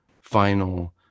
final